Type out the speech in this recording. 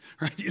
Right